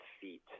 feet